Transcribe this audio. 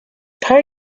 per